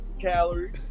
calories